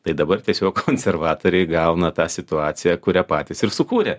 tai dabar tiesiog konservatoriai gauna tą situaciją kurią patys ir sukūrė